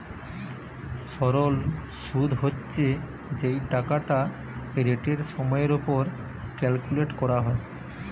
সরল শুদ হচ্ছে যেই টাকাটা রেটের সময়ের উপর ক্যালকুলেট করা হয়